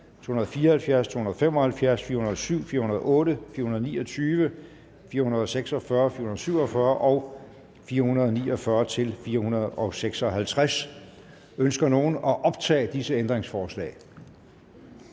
274, 275, 407, 408, 429, 446, 447 og 449-456. Ønsker nogen at optage disse ændringsforslag?